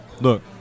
look